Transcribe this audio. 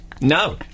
No